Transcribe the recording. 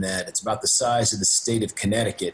זה בערך בגודל של מדינת קונטיקט,